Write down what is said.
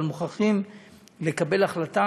אבל מוכרחים לקבל החלטה,